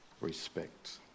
respect